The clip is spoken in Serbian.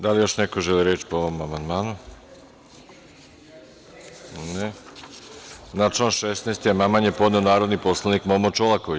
Da li još neko želi reč po ovom amandmanu? (Ne) Na član 16. amandman je podneo narodni poslanik Momo Čolaković.